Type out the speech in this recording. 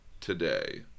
Today